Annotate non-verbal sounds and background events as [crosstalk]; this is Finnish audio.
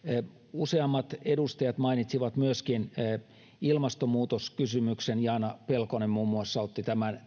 useammat edustajat mainitsivat myöskin ilmastonmuutoskysymyksen muun muassa jaana pelkonen otti tämän [unintelligible]